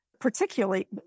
particularly